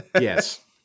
Yes